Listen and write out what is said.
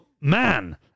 man